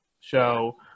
show